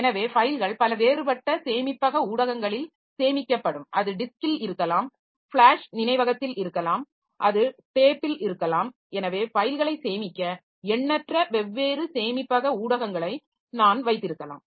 எனவே ஃபைல்கள் பல வேறுபட்ட சேமிப்பக ஊடகங்களில் சேமிக்கப்படும் அது டிஸ்க்கில் இருக்கலாம் ஃபிளாஷ் நினைவகத்தில் இருக்கலாம் அந்த டேப்பில் இருக்கலாம் எனவே ஃபைல்களை சேமிக்க எண்ணற்ற வெவ்வேறு சேமிப்பக ஊடகங்களை நான் வைத்திருக்கலாம்